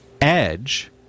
Edge